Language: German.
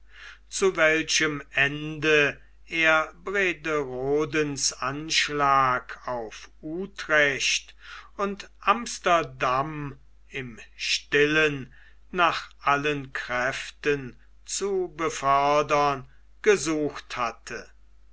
zu welchem ende er brederodens anschlag auf utrecht und amsterdam im stillen nach allen kräften zu befördern gesucht hatte